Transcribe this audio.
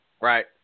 Right